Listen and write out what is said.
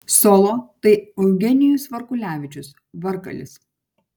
solo tai eugenijus varkulevičius varkalis